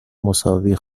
مساوی